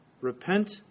Repent